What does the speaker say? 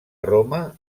roma